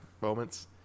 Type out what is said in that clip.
moments